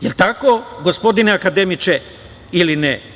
Da li je tako, gospodine akademiče, ili ne?